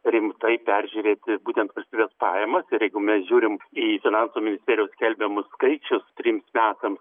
rimtai peržiūrėti būtent valstybės pajamas ir jeigu mes žiūrim į finansų ministerijos skelbiamus skaičius trims metams